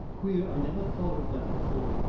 queer i never thought of that before!